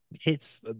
hits